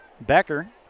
Becker